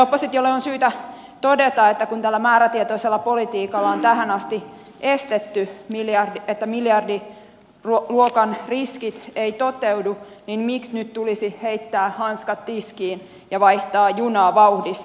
oppositiolle on syytä todeta että kun tällä määrätietoisella politiikalla on tähän asti estetty se että miljardiluokan riskit toteutuvat niin miksi nyt tulisi heittää hanskat tiskiin ja vaihtaa junaa vauhdissa